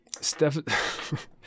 Steph